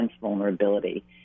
vulnerability